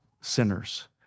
sinners